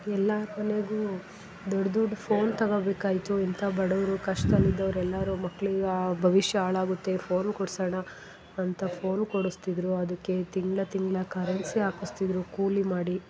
ಎಲ್ಲಾರ ಮನೆಗೂ ದೊಡ್ಡ ದೊಡ್ಡ ಫೋನ್ ತಗೊಬೇಕಾಯಿತು ಇಂಥ ಬಡವರು ಕಷ್ಟ್ದಲ್ಲಿ ಇದ್ದವ್ರು ಎಲ್ಲರೂ ಮಕ್ಳಿಗೆ ಭವಿಷ್ಯ ಹಾಳಾಗುತ್ತೆ ಫೋನ್ ಕೊಡಿಸೋಣ ಅಂತ ಫೋನ್ ಕೊಡಿಸ್ತಿದ್ರು ಅದಕ್ಕೆ ತಿಂಗಳ ತಿಂಗಳ ಕರೆನ್ಸಿ ಹಾಕುಸ್ತಿದ್ರು ಕೂಲಿ ಮಾಡಿ